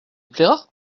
plaira